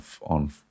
on